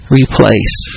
replace